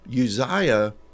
Uzziah